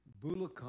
Bulacan